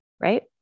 right